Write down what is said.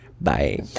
Bye